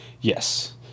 Yes